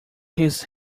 his